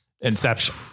Inception